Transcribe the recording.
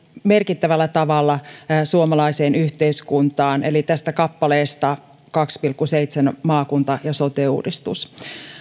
merkittävällä tavalla suomalaiseen yhteiskuntaan eli tästä kappaleesta kaksi piste seitsemän maakunta ja sote uudistus